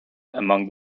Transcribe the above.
among